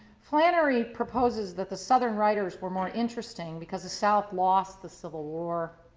flannery proposes that the southern writers were more interesting because the south lost the civil war.